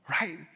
right